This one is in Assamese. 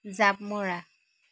জাঁপ মৰা